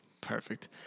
Perfect